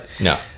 No